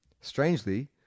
Strangely